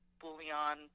bouillon